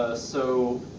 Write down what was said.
so,